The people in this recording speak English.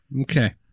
Okay